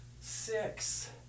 six